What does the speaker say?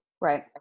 Right